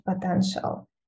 potential